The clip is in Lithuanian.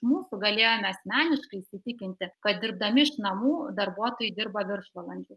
mūsų galėjome asmeniškai įsitikinti kad dirbdami iš namų darbuotojai dirba viršvalandžius